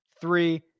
three